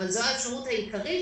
אבל זאת האפשרות העיקרית